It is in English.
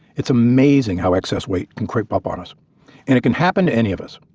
it's amazing how excess weight can creep up on us, and it can happen to any of us.